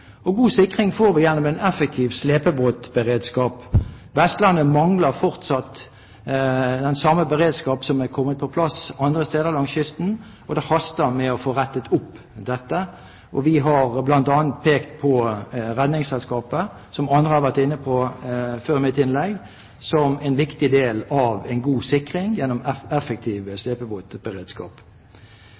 og god sikring får vi gjennom en effektiv slepebåtberedskap. Vestlandet mangler fortsatt den beredskapen som er kommet på plass andre steder langs kysten, og det haster med å få rettet opp dette. Vi har bl.a. pekt på Redningsselskapet, som andre har vært inne på før mitt innlegg, som en viktig del av en god sikring gjennom